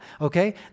Okay